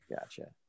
Gotcha